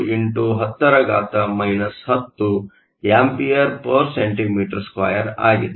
1 x 10 10 A cm 2 ಆಗಿದೆ